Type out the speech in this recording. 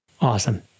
Awesome